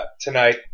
tonight